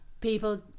people